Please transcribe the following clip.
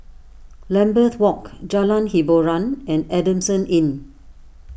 Lambeth Walk Jalan Hiboran and Adamson Inn